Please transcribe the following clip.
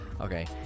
Okay